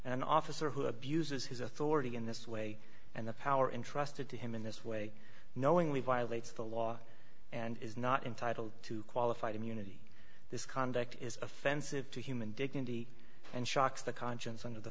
an officer who abuses his authority in this way and the power entrusted to him in this way knowingly violates the law and is not entitled to qualified immunity this conduct is offensive to human dignity and shocks the conscience under the